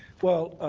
well,